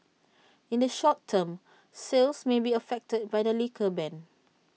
in the short term sales may be affected by the liquor ban